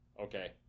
okay